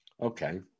Okay